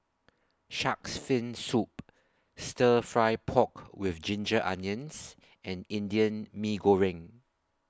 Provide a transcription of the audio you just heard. Shark's Fin Soup Stir Fry Pork with Ginger Onions and Indian Mee Goreng